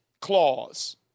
clause